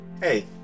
Hey